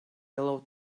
yellow